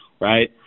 right